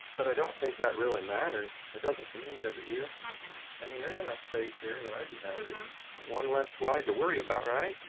but i don't think that really matters it doesn't to me does it you i mean, there's enough space here that i'd be happy but one less slide to worry about right